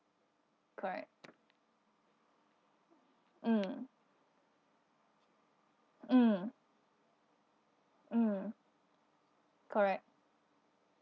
correct mm mm mm correct